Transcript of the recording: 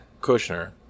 Kushner